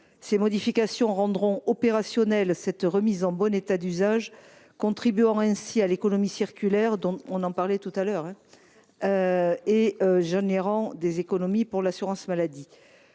Ces modifications rendront opérationnelle cette remise en bon état d’usage, contribuant ainsi à l’économie circulaire – nous avons évoqué le sujet précédemment – et générant des économies pour l’assurance maladie.